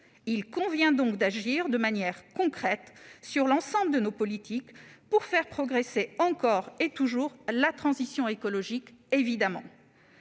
Il convient donc d'agir de manière concrète, dans le cadre de l'ensemble de nos politiques, pour faire progresser encore et toujours la transition écologique. Veuillez